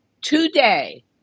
today